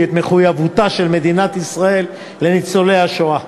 את מחויבותה של מדינת ישראל לניצולי השואה.